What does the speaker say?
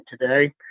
today